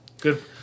Good